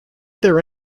there